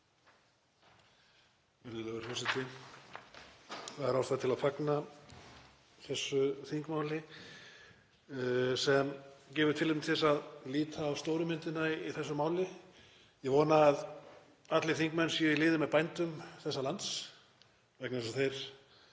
Það er ástæða til að fagna þessu þingmáli sem gefur tilefni til þess að líta á stóru myndina í þessu máli. Ég vona að allir þingmenn séu í liði með bændum þessa lands vegna þess að þeir